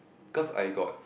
cause I got